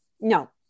No